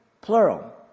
plural